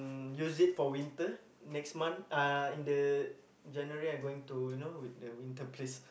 use it for winter next month uh in the January I going to you know the winter place